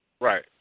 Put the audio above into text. Right